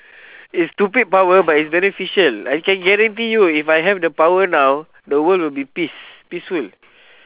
it's stupid power but it's beneficial I can guarantee you if I have the power now the world will be peace peaceful